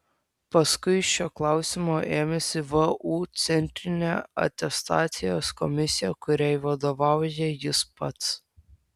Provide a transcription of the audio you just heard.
paskui šio klausimo ėmėsi vu centrinė atestacijos komisija kuriai vadovauja jis pats